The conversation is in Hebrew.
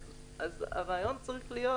אז הרעיון צריך להיות,